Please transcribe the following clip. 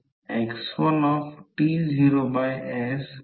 तर total m m f coil 1 ampere करंटने excite केली आहे